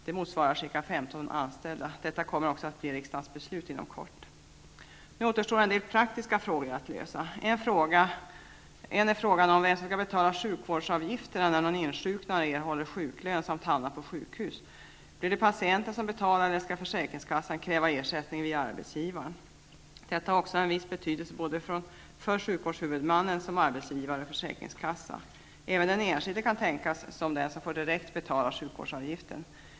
Det motsvarar ca 15 anställda. Detta kommer också att bli riksdagens beslut inom kort. Nu återstår en del praktiska frågor att lösa. En fråga handlar om vem som skall betala sjukvårdsavgifterna när någon insjuknar och erhåller sjuklön samt hamnar på sjukhus. Blir det patienten som betalar? Eller skall försäkringskassan kräva ersättning via arbetsgivaren? Detta har också en viss betydelse både för sjukvårdshuvudmannen som arbetsgivare och för försäkringskassan. Även den enskilde kan tänkas vara den som direkt får betala sjukvårdsavgiften.